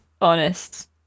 honest